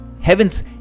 Heaven's